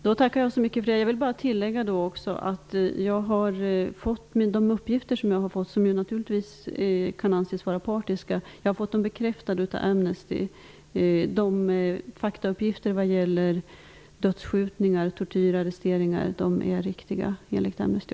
Fru talman! Jag tackar för det. Jag vill bara tillägga att de uppgifter jag har fått, som naturligtvis kan anses vara partiska, har bekräftats av Amnesty. Faktauppgifter vad gäller dödsskjutningar, tortyr och arresteringar är riktiga enligt Amnesty.